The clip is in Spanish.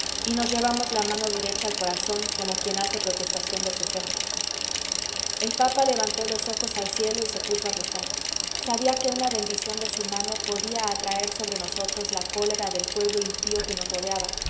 y nos llevamos la mano derecha al corazón como quien hace protestación de su fe el papa levantó los ojos al cielo y se puso a rezar sabía que una bendición de su mano podía atraer sobre nosotros la cólera del pueblo impío que nos rodeaba